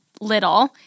little